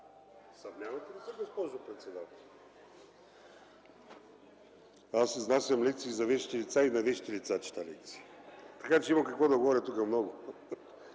Съмнявате ли се, госпожо председател?! Аз изнасям лекции за вещите лица и на вещите лица чета лекции, така че има какво да говоря тук много.